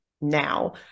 now